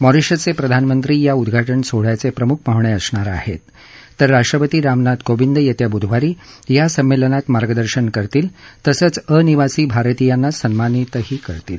मॉरिशसचे प्रधानमंत्री या उद्घाजे सोहळ्याचे प्रमुख पाहुणे असतील तर राष्ट्रपती रामनाथ कोविंद येत्या बुधवारी या संमेलनात मार्गदर्शन करतील तसंच अनिवासी भारतीयांना सन्मानित करतील